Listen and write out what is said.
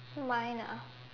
mine ah